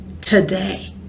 today